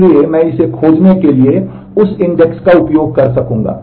इसलिए मैं इसे खोजने के लिए उस इंडेक्स का उपयोग कर सकूंगा